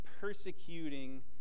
persecuting